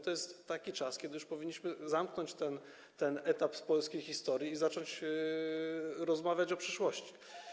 To jest taki czas, kiedy już powinniśmy zamknąć ten etap w polskiej historii i zacząć rozmawiać o przyszłości.